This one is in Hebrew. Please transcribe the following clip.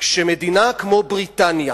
כשמדינה כמו בריטניה